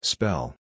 Spell